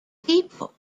people